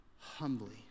humbly